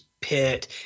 pit